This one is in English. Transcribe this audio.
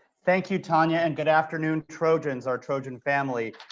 thank you, tanya and good afternoon trojans are trojan family.